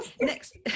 next